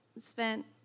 spent